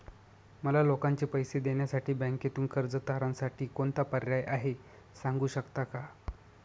मला लोकांचे पैसे देण्यासाठी बँकेतून कर्ज तारणसाठी कोणता पर्याय आहे? सांगू शकता का?